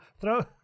Throw